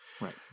Right